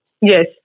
Yes